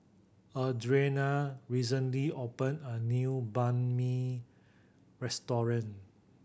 Adrianna recently opened a new Banh Mi Restaurant